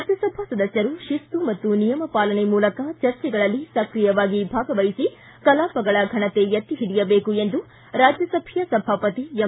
ರಾಜ್ಞಸಭಾ ಸದಸ್ಯರು ಶಿಸ್ತು ಮತ್ತು ನಿಯಮ ಪಾಲನೆ ಮೂಲಕ ಚರ್ಚೆಗಳಲ್ಲಿ ಸಕ್ರಿಯವಾಗಿ ಭಾಗವಹಿಸಿ ಕಲಾಪಗಳ ಫನತೆ ಎತ್ತಿ ಹಿಡಿಯಬೇಕು ಎಂದು ರಾಜ್ಯಸಭೆಯ ಸಭಾಪತಿ ಎಂ